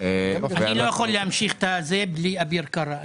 אני לא יכול להמשיך את הדיון בלי אביר קארה.